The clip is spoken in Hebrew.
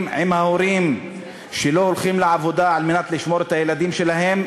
עם ההורים שלא הולכים לעבודה על מנת לשמור על הילדים שלהם,